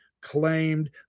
claimed